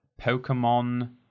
Pokemon